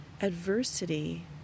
adversity